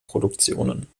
produktionen